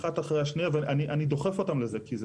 אני דוחף אותן לזה.